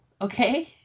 okay